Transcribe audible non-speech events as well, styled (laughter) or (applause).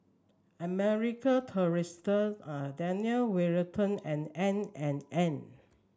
American Tourister (hesitation) Daniel Wellington and N and N